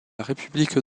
république